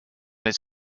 his